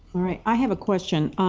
all right. i have a question.